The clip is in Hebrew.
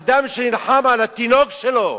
אדם שנלחם על התינוק שלו,